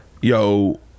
yo